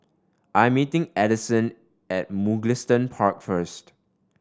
I am meeting Adison at Mugliston Park first